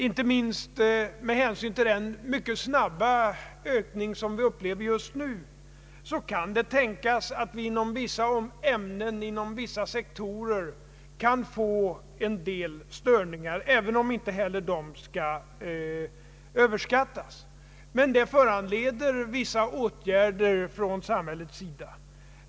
Inte minst med hänsyn till den mycket snabba ökning som vi upplever just nu kan det tänkas alt vi inom vissa ämnen, i vissa sektorer kan få en del störningar, även om inte heller de skall överskattas. Men det föranleder vissa åtgärder från samhällets sida.